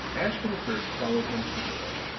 ashton-kirk followed him to the door